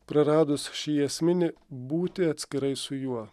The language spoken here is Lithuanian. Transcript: praradus šį esminį būti atskirai su juo